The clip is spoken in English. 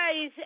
guys